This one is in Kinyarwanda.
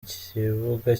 ikibuga